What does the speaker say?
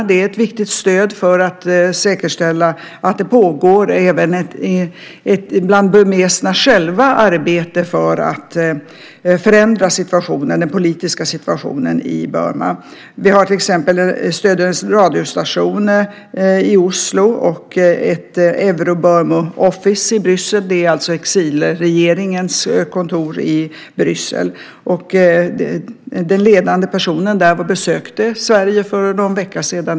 Det är ett viktigt stöd för att säkerställa att det även bland burmeserna själva pågår ett arbete för att förändra den politiska situationen i Burma. Vi stöder till exempel en radiostation i Oslo och Euro-Burma Office i Bryssel. Det är exilregeringens kontor i Bryssel. Den ledande personen där besökte Sverige för någon vecka sedan.